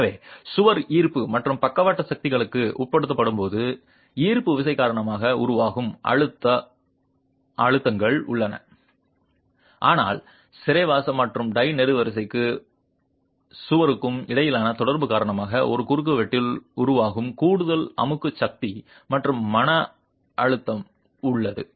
எனவே சுவர் ஈர்ப்பு மற்றும் பக்கவாட்டு சக்திகளுக்கு உட்படுத்தப்படும்போது ஈர்ப்பு விசை காரணமாக உருவாகும் அமுக்க அழுத்தங்கள் உள்ளன ஆனால் சிறைவாசம் மற்றும் டை நெடுவரிசைக்கும் சுவருக்கும் இடையிலான தொடர்பு காரணமாக ஒரு குறுக்குவெட்டில் உருவாகும் கூடுதல் அமுக்க சக்தி மற்றும் மன அழுத்தம் உள்ளது